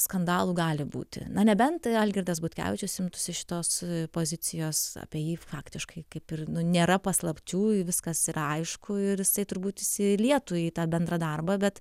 skandalų gali būti na nebent algirdas butkevičius imtųsi šitos pozicijos apie jį faktiškai kaip ir nėra paslapčių viskas yra aišku ir jisai turbūt įsilietų į tą bendrą darbą bet